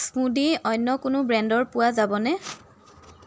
smoothie অন্য কোনো ব্ৰেণ্ডৰ পোৱা যাবনে